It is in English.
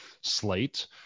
slate